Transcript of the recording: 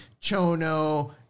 Chono